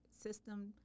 system